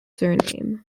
surname